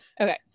okay